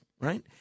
right